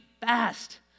fast